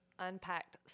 Unpacked